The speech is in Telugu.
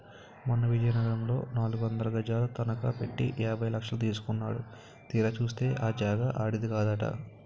మొన్న విజయనగరంలో నాలుగొందలు గజాలు తనఖ పెట్టి యాభై లక్షలు తీసుకున్నాడు తీరా చూస్తే ఆ జాగా ఆడిది కాదట